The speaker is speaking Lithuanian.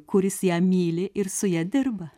kuris ją myli ir su ja dirba